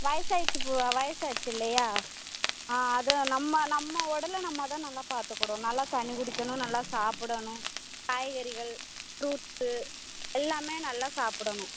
வயசாயிடுச்சி இப்போது வயசாயிடுச்சி இல்லையா ஆ அது நம்ம நம்ம உடல நம்ம தான் நல்லா பாத்துக்குணும் நல்லா தண்ணி குடிக்கணும் நல்லா சாப்பிடணும் காய்கறிகள் ஃப்ரூட்ஸு எல்லாம் நல்லா சாப்பிடணும்